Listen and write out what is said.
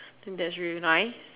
and that's really nice